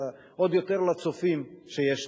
אלא עוד יותר לצופים שיש לנו: